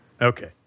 Okay